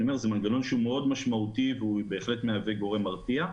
זה מנגנון שהוא מאוד משמעותי והוא בהחלט מהווה גורם מרתיע.